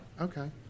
okay